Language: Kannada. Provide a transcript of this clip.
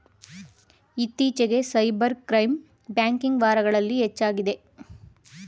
ಇತ್ತೀಚಿಗೆ ಸೈಬರ್ ಕ್ರೈಮ್ ಬ್ಯಾಂಕಿಂಗ್ ವಾರಗಳಲ್ಲಿ ಹೆಚ್ಚಾಗಿದೆ